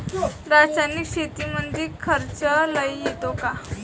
रासायनिक शेतीमंदी खर्च लई येतो का?